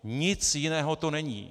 Nic jiného to není.